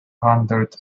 pondered